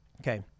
Okay